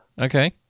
Okay